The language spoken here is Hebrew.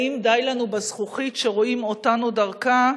האם די לנו בזכוכית שרואים אותנו דרכה,